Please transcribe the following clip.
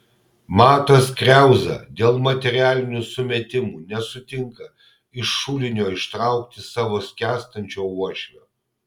matas kriauza dėl materialinių sumetimų nesutinka iš šulinio ištraukti savo skęstančio uošvio